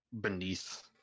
beneath